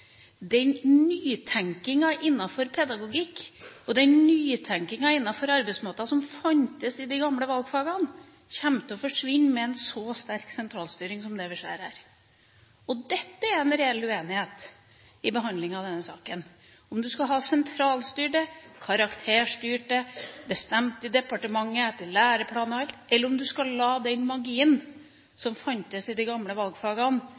den nytenkningen innenfor pedagogikk og den nytenkningen innenfor arbeidsmåter som fantes i de gamle valgfagene, kommer til å forsvinne med en så sterk sentralstyring som det vi ser her. Dette er en reell uenighet i behandlingen av denne saken, om man skal ha det sentralstyrt, karakterstyrt, bestemt i departementet etter lærerplaner og alt, eller om man skal la den magien som fantes i de gamle valgfagene,